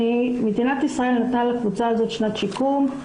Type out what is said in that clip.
מדינת ישראל נתנה לקבוצה הזאת שנת שיקום.